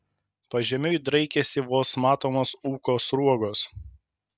pažemiui draikėsi vos matomos ūko sruogos